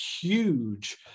huge